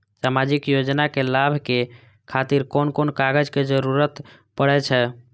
सामाजिक योजना के लाभक खातिर कोन कोन कागज के जरुरत परै छै?